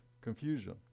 confusion